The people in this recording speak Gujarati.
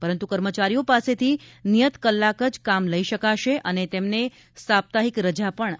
પરંતુ કર્મચારીઓ પાસેથી નિયત કલાક જ કામ લઇ શકાશે અને તેમને સાપ્તાહિક રજા પણ આપવાની રહેશે